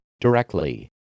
directly